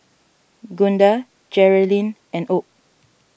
Gunda Jerilynn and Obe